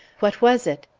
what was it?